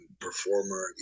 performer